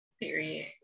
period